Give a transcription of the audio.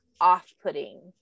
off-putting